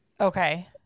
Okay